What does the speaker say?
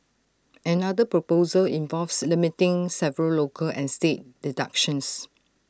another proposal involves limiting several local and state deductions